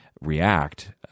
react